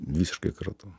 visiškai kartu